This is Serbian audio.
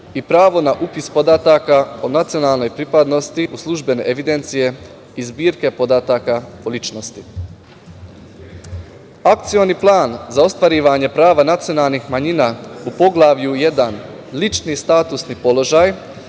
i pravo na upis podataka o nacionalnoj pripadnosti službene evidencije i zbirke podataka o ličnosti. Akcioni plan za ostvarivanje prava nacionalnih manjina u Poglavlju 1 lični statusni položaj